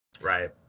Right